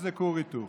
שזה כור היתוך.